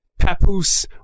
Papoose